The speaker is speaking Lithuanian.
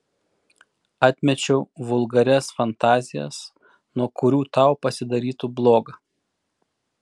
atmečiau vulgarias fantazijas nuo kurių tau pasidarytų bloga